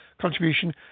contribution